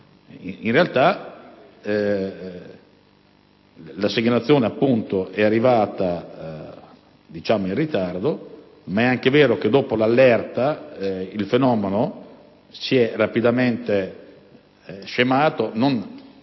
droga. La segnalazione è arrivata in ritardo, ma è anche vero che dopo l'allerta il fenomeno è rapidamente scemato e non